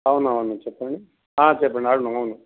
అవునవును చెప్పండి చెప్పండి అవును అవును